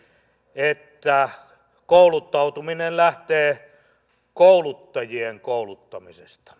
että kouluttautuminen lähtee kouluttajien kouluttamisesta